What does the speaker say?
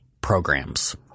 programs